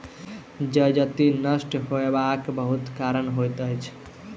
जजति नष्ट होयबाक बहुत कारण होइत अछि